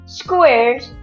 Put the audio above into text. squares